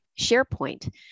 SharePoint